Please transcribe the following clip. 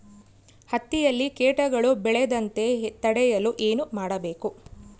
ಹತ್ತಿಯಲ್ಲಿ ಕೇಟಗಳು ಬೇಳದಂತೆ ತಡೆಯಲು ಏನು ಮಾಡಬೇಕು?